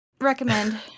Recommend